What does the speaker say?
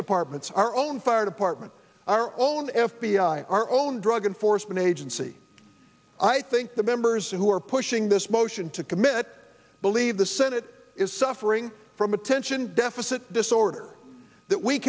departments our own fire department our own f b i our own drug enforcement agency i think the members who are pushing this motion to commit believe the senate is suffering from attention deficit disorder that we